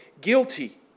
guilty